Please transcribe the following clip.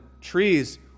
trees